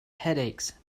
headaches